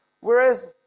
Whereas